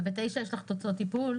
ובעמוד 9 יש טבלה על תוצאות טיפול.